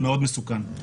מאוד מסוכן.